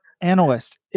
analyst